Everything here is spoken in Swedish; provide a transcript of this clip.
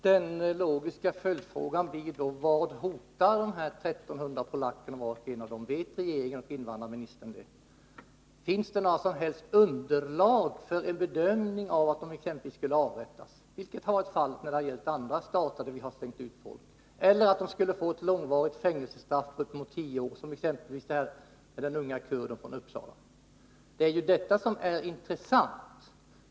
Herr talman! Den logiska följdfrågan blir då: Vad hotar var och en av de här 1 300 polackerna? Vet regeringen och invandrarministern det? Finns det något som helst underlag för att de exempelvis skulle avrättas — vilket har varit fallet när det har gällt andra stater som vi har slängt ut folk till — eller få långvariga fängelsestraff på uppemot tio år, som t.ex. beträffande den unge kurden från Uppsala? Detta är det intressanta.